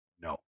No